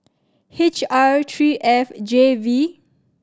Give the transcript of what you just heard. H R three F J V